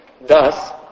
Thus